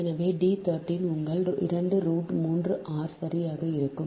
எனவே டி 13 உங்கள் 2 root 3 R சரியாக இருக்கும்